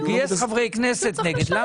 הוא גייס חברי כנסת נגד, למה?